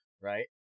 Right